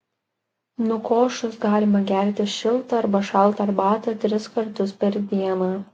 nukošus galima gerti šiltą arba šaltą arbatą tris kartus per dieną